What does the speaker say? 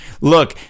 look